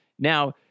Now